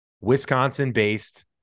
Wisconsin-based